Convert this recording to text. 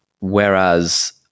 Whereas